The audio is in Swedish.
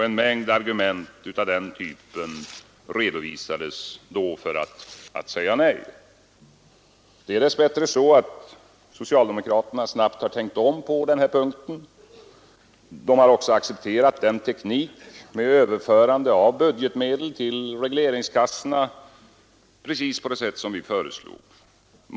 En mängd argument av den typen redovisades då för att säga nej. Dess bättre tänkte socialdemokraterna snabbt om på den här punkten. De har också accepterat den teknik med överförande av budgetmedel till regleringskassorna som vi föreslog.